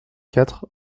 quatre